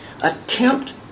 attempt